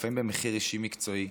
לפעמים במחיר אישי ומקצועי.